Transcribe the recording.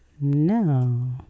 No